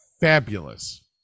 fabulous